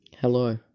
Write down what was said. hello